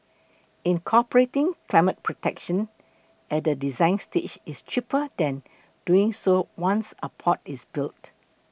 incorporating climate protection at the design stage is cheaper than doing so once a port is built